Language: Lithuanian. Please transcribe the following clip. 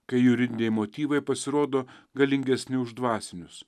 kai juridiniai motyvai pasirodo galingesni už dvasinius